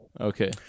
Okay